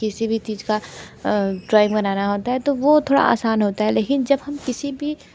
किसी भी चीज़ का ड्रॉइंग बनाना होता है तो वो थोड़ा आसान होता है लेकिन जब हम किसी भी